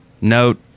Note